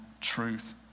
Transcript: truth